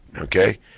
okay